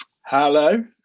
Hello